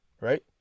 right